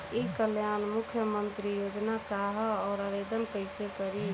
ई कल्याण मुख्यमंत्री योजना का है और आवेदन कईसे करी?